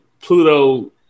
Pluto